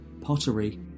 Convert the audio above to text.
pottery